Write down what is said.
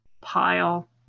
pile